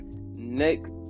next